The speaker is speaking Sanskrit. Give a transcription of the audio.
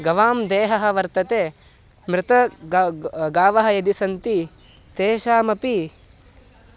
गवां देहः वर्तते मृताः ग गावः यदि सन्ति तेषामपि